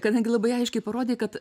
kadangi labai aiškiai parodei kad